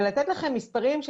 ולתת לכם מספרים,